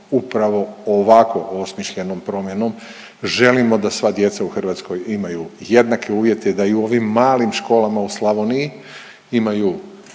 Upravo ovako osmišljenom promjenom želimo da sva djeca u Hrvatskoj imaju jednake uvjete i da i u ovim malim školama u Slavoniji imaju